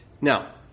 Now